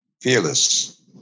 Fearless